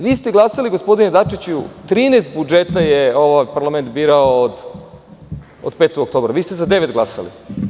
Vi ste glasali gospodine Dačiću, 13 budžeta je ovaj parlament birao od 5. oktobra, vi ste za devet glasali.